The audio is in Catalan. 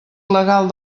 legal